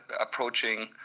approaching